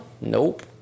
Nope